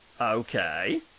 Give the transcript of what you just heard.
Okay